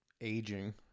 aging